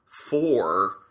four